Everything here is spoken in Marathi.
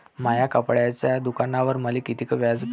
माया कपड्याच्या दुकानावर मले कितीक व्याज भेटन?